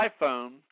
iPhone